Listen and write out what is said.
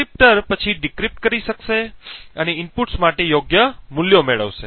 decryptor પછી decrypt કરી શકશે અને ઇનપુટ્સ માટે યોગ્ય મૂલ્યો મેળવશે